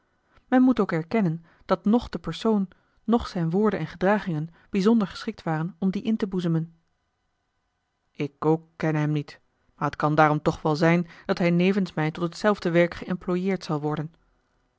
men moet ook erkennen dat noch de persoon noch zijne woorden en gedragingen bijzonder geschikt waren om dien in te boezemen ik ook kenne hem niet maar het kan daarom toch wel zijn dat hij nevens mij tot hetzelfde werk geëmploieerd zal worden